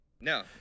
No